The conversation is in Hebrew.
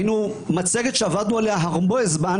היינו מראים לכם מצגת שעבדנו עליה הרבה זמן,